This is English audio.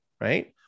right